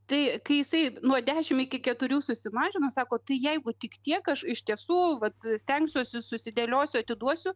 tai kai jisai nuo dešim iki keturių susimažino sako tai jeigu tik tiek aš iš tiesų vat stengsiuosi susidėliosiu atiduosiu